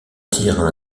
attirent